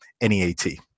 NEAT